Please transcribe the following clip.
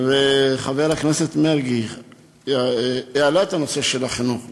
חבר הכנסת מרגי העלה את הנושא של החינוך,